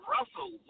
Russell